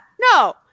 no